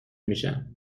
میشم